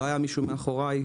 לא היה מישהו מאחרי.